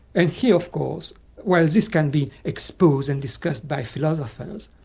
and here of course while this can be exposed and discussed by philosophers,